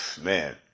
man